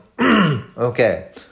Okay